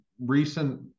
recent